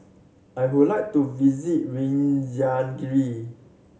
I would like to visit Reykjavik